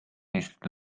istuda